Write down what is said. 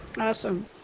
Awesome